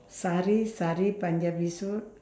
sari sari punjabi suit